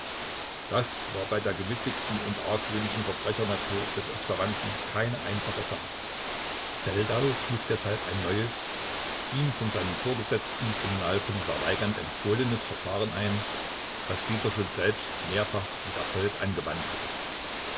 das war bei der gewitzigten und argwöhnischen verbrechernatur des observanten keine einfache sache feldau schlug deshalb ein neues ihm von seinem vorgesetzten kriminalkommissar weigand empfohlenes verfahren ein das dieser schon selbst mehrfach mit erfolg angewandt hatte